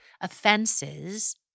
Offenses